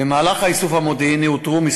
במהלך האיסוף המודיעיני אותרו כמה